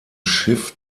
schiff